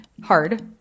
Hard